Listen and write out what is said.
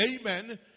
Amen